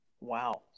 Wow